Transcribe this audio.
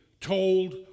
told